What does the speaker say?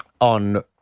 on